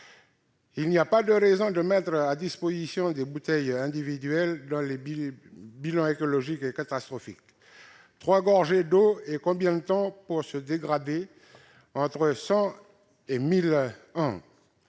Il n'y a donc pas de raison de mettre à disposition des bouteilles individuelles, dont le bilan écologique est catastrophique. Trois gorgées d'eau et combien de temps pour que la bouteille se dégrade ? Entre 100 et 1 000 ans